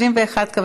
חוק הביטוח הלאומי (תיקון מס' 209),